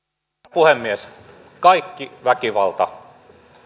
puhemies kaikki väkivalta